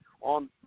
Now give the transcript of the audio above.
on